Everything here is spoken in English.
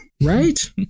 Right